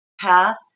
path